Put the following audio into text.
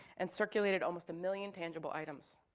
and circulated almost a million tangible items.